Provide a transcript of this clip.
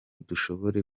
dushobore